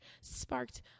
sparked